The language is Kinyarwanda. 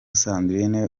sandrine